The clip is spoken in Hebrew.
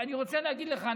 אני רוצה להגיד לך,